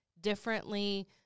differently